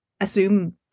assume